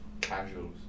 Casuals